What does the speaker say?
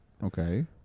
Okay